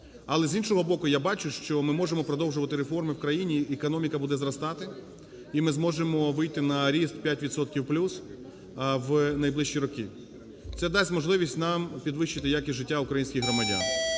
Але, з іншого боку, я бачу, що ми можемо продовжувати реформи в країні, економіка буде зростати і ми зможемо вийти на ріст 5 відсотків плюс в найближчі роки. Це дасть можливість нам підвищити якість життя українських громадян.